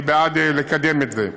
ואני בעד לקדם את זה.